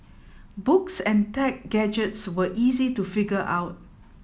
books and tech gadgets were easy to figure out